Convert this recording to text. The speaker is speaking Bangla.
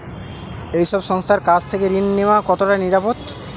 এই সব সংস্থার কাছ থেকে ঋণ নেওয়া কতটা নিরাপদ?